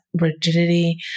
rigidity